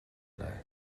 lai